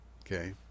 okay